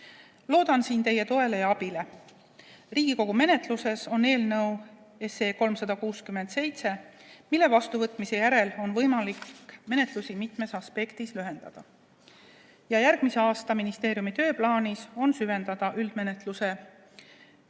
Loodan siin teie toele ja abile. Riigikogu menetluses on eelnõu 367, mille vastuvõtmise järel on võimalik menetlusi mitmes aspektis lühendada. Järgmise aasta ministeeriumi tööplaanis on süveneda üldmenetluse